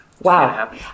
Wow